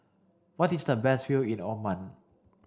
what is the best view in Oman